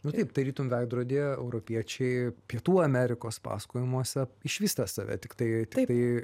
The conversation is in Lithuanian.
nu taip tarytum veidrodyje europiečiai pietų amerikos pasakojimuose išvysta save tiktai tiktai